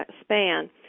span